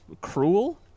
cruel